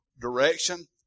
direction